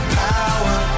power